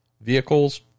vehicles